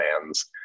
plans